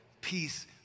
peace